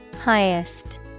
Highest